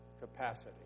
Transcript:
capacity